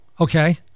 okay